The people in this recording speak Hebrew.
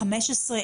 15,